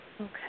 Okay